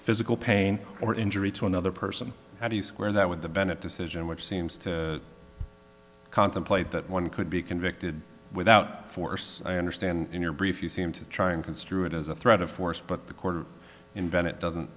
physical pain or injury to another person how do you square that with the bennett decision which seems to contemplate that one could be convicted without force i understand in your brief you seem to try and construe it as a threat of force but the court in bennett doesn't